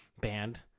band